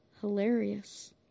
hilarious